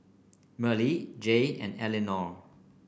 Merle Jaye and Elinore